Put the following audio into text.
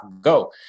go